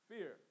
Fear